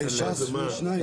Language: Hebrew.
בצער רב, כן.